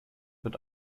wird